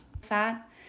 fat